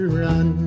run